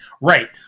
Right